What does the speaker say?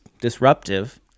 disruptive